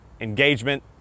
engagement